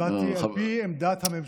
הצבעתי על פי עמדת הממשלה.